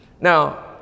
Now